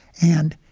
and